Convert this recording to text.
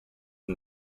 and